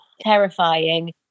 terrifying